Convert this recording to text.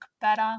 better